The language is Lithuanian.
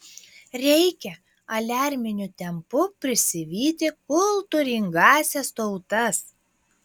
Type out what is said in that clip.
reikia aliarminiu tempu prisivyti kultūringąsias tautas